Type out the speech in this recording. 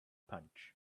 punch